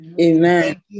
Amen